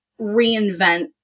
reinvent